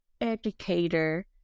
educator